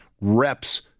reps